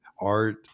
art